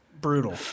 Brutal